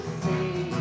see